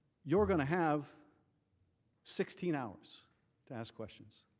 you are going to have sixteen hours to ask questions.